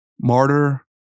Martyr